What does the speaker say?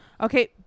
Okay